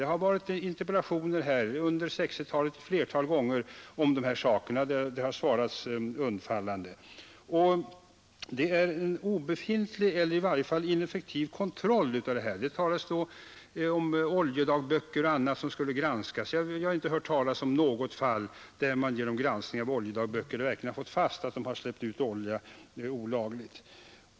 Det har behandlats i interpellationer härom ett flertal gånger under 1960-talet, och det har svarats undfallande. Kontrollen är obefintlig eller i varje fall ineffektiv. Det talas om oljedagböcker och annat som skulle granskas. Jag har inte hört talas om något fall där man genom granskning av oljedagböcker verkligen har konstaterat att någon släppt ut olja olagligt.